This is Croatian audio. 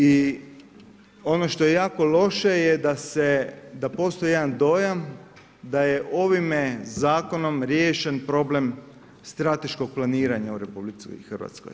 I ono što je jako loše da postoj jedan dojam da je ovim zakonom riješen problem strateškog planiranja u RH.